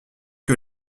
que